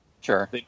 Sure